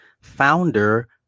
founder